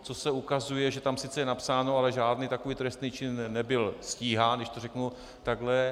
Co se ukazuje, že tam sice je napsáno, ale žádný takový trestný čin nebyl stíhán, když to řeknu takhle.